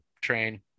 train